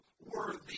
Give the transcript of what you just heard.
worthy